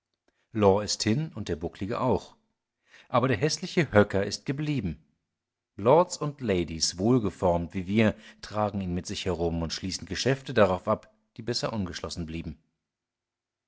law ist hin und der bucklige auch aber der häßliche höcker ist geblieben lords und ladies wohlgeformt wie wir tragen ihn mit sich herum und schließen geschäfte darauf ab die besser ungeschlossen blieben